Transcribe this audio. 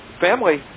family